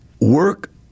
Work